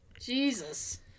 Jesus